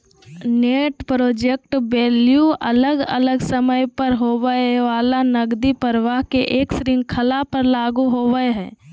net present value अलग अलग समय पर होवय वला नकदी प्रवाह के एक श्रृंखला पर लागू होवय हई